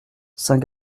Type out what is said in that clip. saint